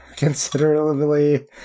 considerably